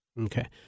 Okay